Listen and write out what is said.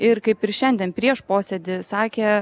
ir kaip ir šiandien prieš posėdį sakė